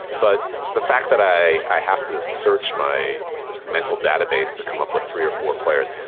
but the fact that i i have to search my mental database to come up with three or four players,